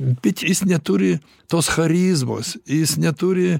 bet jis neturi tos charizmos jis neturi